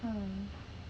mm